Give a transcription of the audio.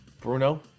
Bruno